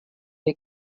dei